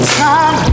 time